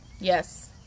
Yes